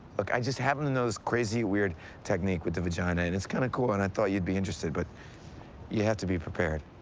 look, i just happen to know this crazy, weird technique with the vagina. and it's kind of cool, and i thought you'd be interested. but you have to be prepared.